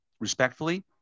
respectfully